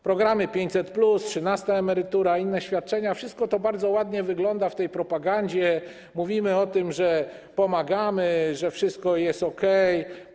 Programy 500+, trzynasta emerytura i inne świadczenia - wszystko to bardzo ładnie wygląda w tej propagandzie, mówimy o tym, że pomagamy, że wszystko jest okej.